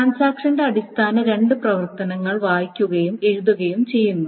ട്രാൻസാക്ഷന്റെ അടിസ്ഥാന രണ്ട് പ്രവർത്തനങ്ങൾ വായിക്കുകയും എഴുതുകയും ചെയ്യുന്നു